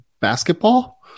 basketball